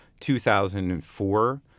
2004